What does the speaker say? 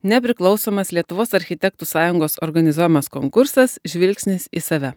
nepriklausomas lietuvos architektų sąjungos organizuojamas konkursas žvilgsnis į save